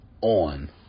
on